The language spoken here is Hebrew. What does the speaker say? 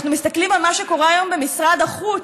אנחנו מסתכלים על מה שקורה היום במשרד החוץ,